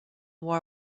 war